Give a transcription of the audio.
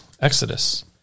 Exodus